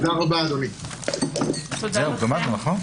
תודה רבה למשרד המשפטים ומשרד הפנים,